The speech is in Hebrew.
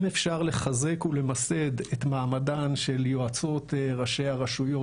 אם אפשר לחזק ולמסד את מעמדן של יועצות ראשי הרשויות